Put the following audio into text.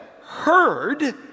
heard